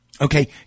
Okay